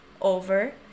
over